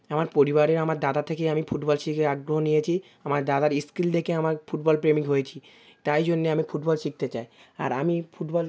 আমার পরিবারে আমার দাদা থেকেই আমি ফুটবল শিখে আগ্রহ নিয়েছি আমার দাদার স্কিল দেখে আমার ফুটবল প্রেমিক হয়েছি তাই জন্যে আমি ফুটবল শিখতে চাই আর আমি ফুটবল